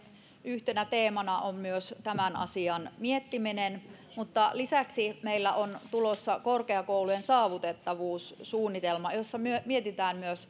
yhtenä teemana on myös tämän asian miettiminen mutta lisäksi meillä on tulossa korkeakoulujen saavutettavuussuunnitelma jossa mietitään